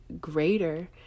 greater